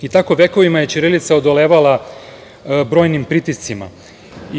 identiteta. Vekovima ćirilica je odolevala brojnim pritiscima.